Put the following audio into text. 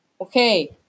Okay